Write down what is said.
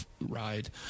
ride